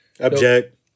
Object